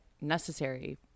necessary